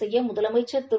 செய்யமுதலமைச்சர் திரு